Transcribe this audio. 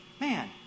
Man